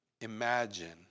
imagine